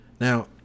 Now